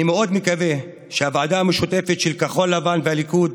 אני מאוד מקווה שהוועדה המשותפת של כחול לבן והליכוד